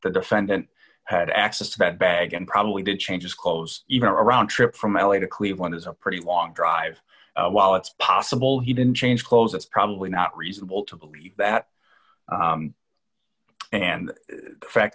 the defendant had access to that bag and probably did change his clothes even a round trip from l a to cleveland is a pretty long drive while it's possible he didn't change clothes it's probably not reasonable to believe that and the fact